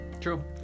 True